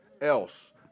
else